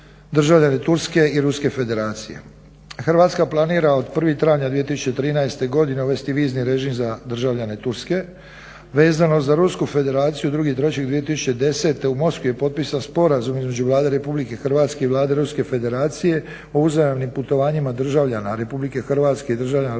državljane Turske i Ruska Federacije. Hrvatska planira od 1.travnja 2013.godine uvesti vizni režim za državljane Turske. Vezano za Rusku Federaciju 2.3.2010.u Moskvi je potpisan sporazum između Vlade RH i Vlade Ruske Federacije o uzajamnim putovanjima državljana RH i državljana Ruske